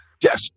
Yes